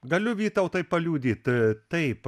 galiu vytautai paliudyt a taip